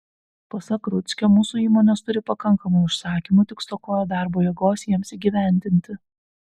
pasak rudzkio mūsų įmonės turi pakankamai užsakymų tik stokoja darbo jėgos jiems įgyvendinti